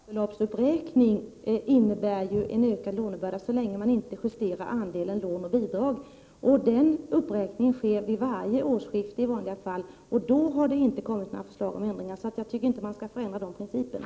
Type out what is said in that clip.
Fru talman! Varje basbeloppsuppräkning innebär en ökad lånebörda, så länge man inte justerar andelen lån eller bidrag. Den uppräkningen sker i vanliga fall vid varje årsskifte. Det har inte kommit några förslag om ändringar. Jag tycker inte att man skall ändra de principerna.